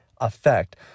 effect